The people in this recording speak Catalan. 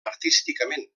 artísticament